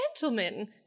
gentlemen